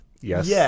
Yes